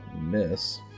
miss